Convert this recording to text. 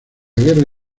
guerra